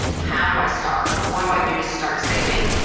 how do i start? what do i do to start saving?